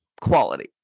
quality